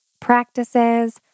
practices